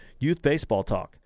YouthBaseballTalk